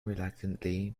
reluctantly